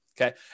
Okay